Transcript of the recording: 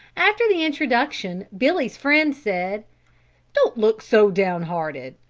after the introduction billy's friend said don't look so down hearted.